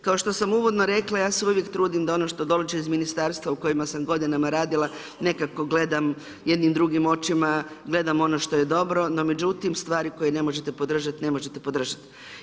Kao što sam uvodno rekla, ja se uvijek trudim, da ono što dođe iz ministarstva u kojima sam godinama radila, nekako gledam jednim drugim očima, gledam ono što je dobro, no međutim, stvari koje ne možete podržati, ne možete podržati.